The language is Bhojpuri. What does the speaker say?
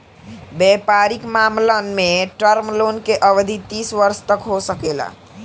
वयपारिक मामलन में टर्म लोन के अवधि तीस वर्ष तक हो सकेला